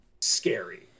Scary